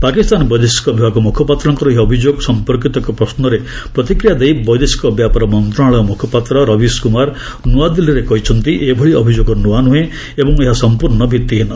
ପାକିସ୍ତାନ ବୈଦେଶିକ ବିଭାଗ ମୁଖପାତ୍ରଙ୍କର ଏହି ଅଭିଯୋଗ ସଂପର୍କିତ ଏକ ପ୍ରଶ୍ମରେ ପ୍ରତିକ୍ରିୟା ଦେଇ ବୈଦେଶିକ ବ୍ୟାପାର ମନ୍ତ୍ରଶାଳୟ ମୁଖପାତ୍ର ରବିସ୍ କୁମାର ନୂଆଦିଲ୍ଲୀରେ କହିଛନ୍ତି ଏଭଳି ଅଭିଯୋଗ ନୂଆ ନୁହେଁ ଏବଂ ଏହା ସଂପୂର୍ଣ୍ଣ ଭିତ୍ତିହୀନ